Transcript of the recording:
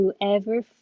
whoever